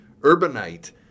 urbanite